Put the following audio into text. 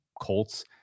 colts